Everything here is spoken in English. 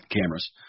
cameras